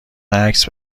عکس